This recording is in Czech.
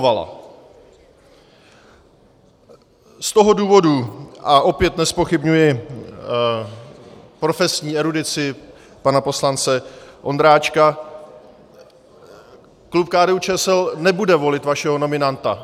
Z toho důvodu a opět nezpochybňuji profesní erudici pana poslance Ondráčka klub KDUČSL nebude volit vašeho nominanta.